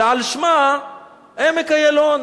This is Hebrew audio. שעל שמה עמק איילון.